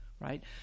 right